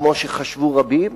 כמו שחשבו רבים,